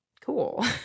cool